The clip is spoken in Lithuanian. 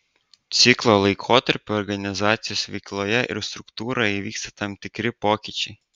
ciklo laikotarpiu organizacijos veikloje ir struktūroje įvyksta tam tikri pokyčiai